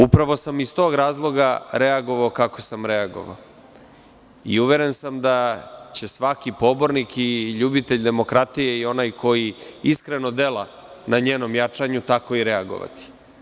Upravo sam iz tog razloga reagovao kako sam reagovao i uveren sam da će svaki pobornik i ljubitelj demokratije i onaj koji iskreno dela na njenom jačanju, tako i reagovati.